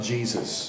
Jesus